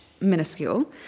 minuscule